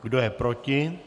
Kdo je proti?